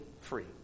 free